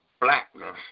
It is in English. blackness